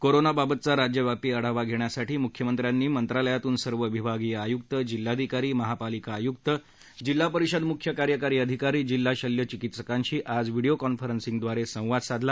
कोरोनाबाबतचा राज्यव्यापी आढावा घेण्यासाठी मुख्यमंत्र्यांनी मंत्रालयातून सर्व विभागीय आयुक्त जिल्हाधिकारी महापालिका आयुक्त जिल्हा परिषद मुख्य कार्यकारी अधिकारी जिल्हा शल्यचिकित्सकांशी आज व्हिडीओ कॉन्फरन्सिंगद्वारे संवाद साधला